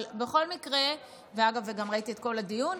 אבל בכל מקרה, אגב, גם ראיתי את כל הדיון,